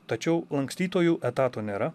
tačiau lankstytojų etato nėra